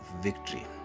victory